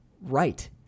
right